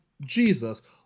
jesus